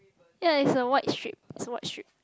ya it's a white strip it's a white strip